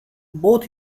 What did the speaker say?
both